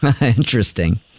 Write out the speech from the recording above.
Interesting